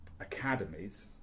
academies